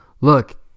look